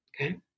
Okay